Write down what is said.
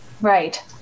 Right